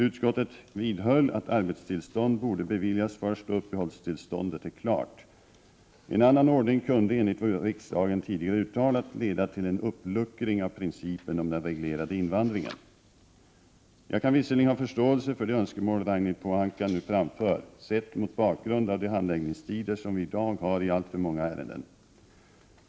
Utskottet vidhöll att arbetstillstånd borde beviljas först då uppehållstillståndet är klart. En annan ordning kunde, enligt vad riksdagen tidigare uttalat, leda till en uppluckring av principen om den reglerade invandringen. Jag kan visserligen ha förståelse för det önskemål Ragnhild Pohanka nu framför, sett mot bakgrund av de handläggningstider som vi i dag har i alltför många ärenden.